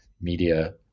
media